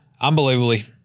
unbelievably